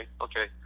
okay